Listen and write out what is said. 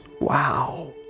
Wow